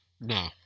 No